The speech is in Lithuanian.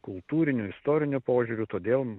kultūriniu istoriniu požiūriu todėl